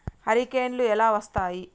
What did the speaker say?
హరికేన్లు ఎలా వస్తాయి?